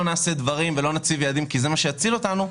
נעשה דברים ולא נציב יעדים כי זה מה שיציל אותנו,